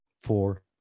Four